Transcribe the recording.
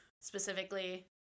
specifically